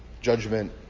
judgment